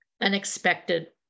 unexpected